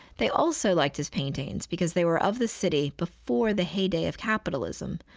they also liked his paintings because they were of the city before the heyday of capitalism.